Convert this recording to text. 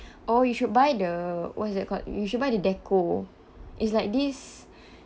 oh you should buy the what's that called you should buy the decor is like this